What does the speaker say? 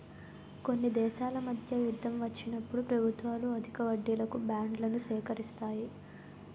కొన్ని దేశాల మధ్య యుద్ధం వచ్చినప్పుడు ప్రభుత్వాలు అధిక వడ్డీలకు బాండ్లను సేకరిస్తాయి